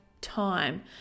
time